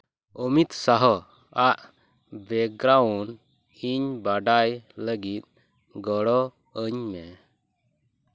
ᱚᱢᱤᱛ ᱥᱟᱦᱚ ᱟᱜ ᱵᱮᱠᱜᱨᱟᱣᱩᱱᱰ ᱤᱧ ᱵᱟᱰᱟᱭ ᱞᱟᱹᱜᱤᱫ ᱜᱚᱲᱚᱣᱟᱹᱧ ᱢᱮ